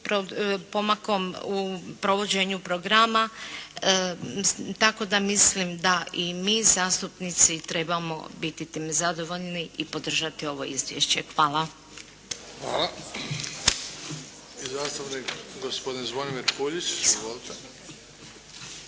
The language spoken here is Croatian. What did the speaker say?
pomakom u provođenju programa tako da mislim da i mi zastupnici trebamo biti tim zadovoljni i podržati ovo izvješće. Hvala. **Bebić, Luka (HDZ)** Hvala. Gospodin Zvonimir Puljić. Izvolite.